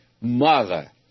mother